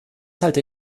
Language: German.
halte